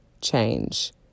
change